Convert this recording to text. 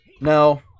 no